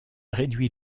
réduit